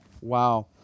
wow